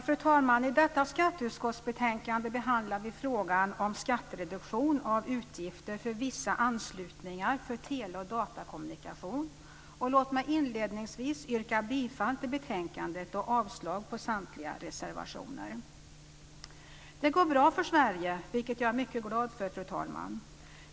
Fru talman! I detta skatteutskottsbetänkande behandlar vi frågan om skattereduktion av utgifter för vissa anslutningar för tele och datakommunikation. Låt mig inledningsvis yrka bifall till betänkandet och avslag på samtliga reservationer. Det går bra för Sverige, vilket jag är mycket glad för, fru talman.